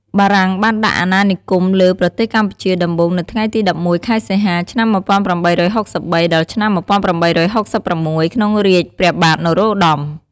បារាំងបានដាក់អាណានិគមលើ ប្រទេសកម្ពុជាដំបូងនៅថ្ងៃទី១១ ខែសីហា ឆ្នាំ ១៨៦៣ ដល់ឆ្នាំ ១៨៦៦ ក្នុងរាជព្រះបាទ នរោត្តម។